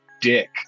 Dick